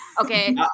Okay